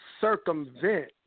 circumvent